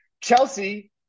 Chelsea